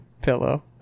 pillow